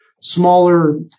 smaller